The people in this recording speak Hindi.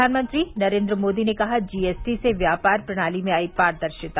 प्रधानमंत्री नरेन्द्र मोदी ने कहा जीएसटी से व्यापार प्रणाली में आई पारदर्शिता